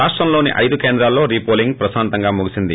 రాష్టం లోని ఐదు కేంద్రాల్లో రీపోలింగ్ ప్రశాంతంగా ముగిసింది